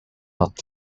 not